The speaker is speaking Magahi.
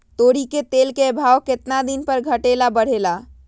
तोरी के तेल के भाव केतना दिन पर घटे ला बढ़े ला?